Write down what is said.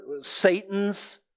Satan's